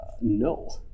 no